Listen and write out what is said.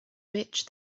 rich